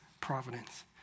providence